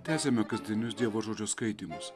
tęsiame kasdienius dievo žodžio skaitymus